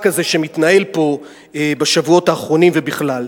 הזה שמתנהל פה בשבועות האחרונים ובכלל.